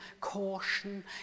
caution